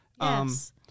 Yes